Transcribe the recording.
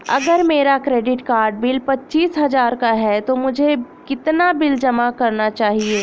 अगर मेरा credit card bill पच्चीस हजार का है तो मुझे कितना बिल जमा करना चाहिए?